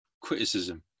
criticism